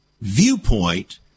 viewpoint